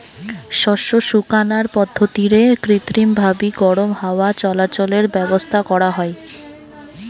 শস্য শুকানার পদ্ধতিরে কৃত্রিমভাবি গরম হাওয়া চলাচলের ব্যাবস্থা করা হয়